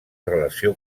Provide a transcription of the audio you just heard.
relació